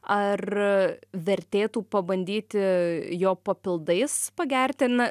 ar vertėtų pabandyti jo papildais pagerti n